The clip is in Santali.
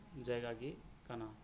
ᱡᱟᱭᱜᱟᱜᱮ ᱠᱟᱱᱟ